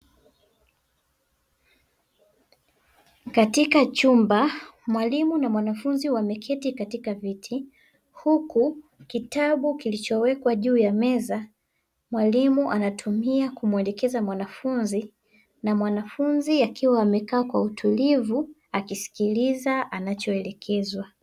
Katika chumba mwalimu na mwanafunzi wameketi katika viti, huku kitabu kilichowekwa juu ya meza mwalimu anatumia kumuelekeza mwanafunzi. Na mwanafunzi akiwa amekaa kwa utulivu akisikiliza anacho elekezwa.